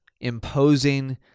imposing